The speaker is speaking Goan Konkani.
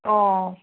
ओ